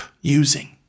using